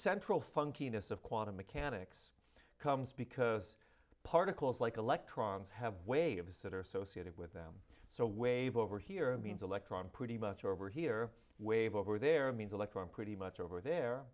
central funkiness of quantum mechanics comes because particles like electrons have waves that are associated with them so wave over here a means electron pretty much over here wave over there means electron pretty much over there